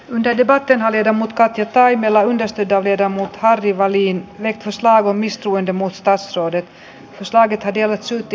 yhden debate näkee ja mutkat ja taimela nesteitä viedä mut harri väliin että se valmistui domus taas uudet koska ne tekevät synti